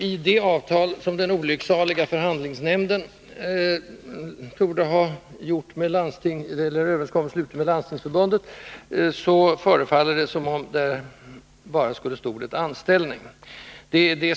I det avtal som den olycksaliga förhandlingsnämnden torde ha slutit med Landstingsförbundet förefaller det som om enbart ordet ”anställning” kommit med.